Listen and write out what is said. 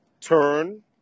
turn